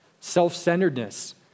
Self-centeredness